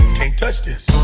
can't touch this